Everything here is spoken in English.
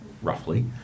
Roughly